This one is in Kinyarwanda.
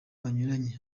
banyuranye